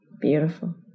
Beautiful